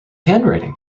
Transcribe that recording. handwriting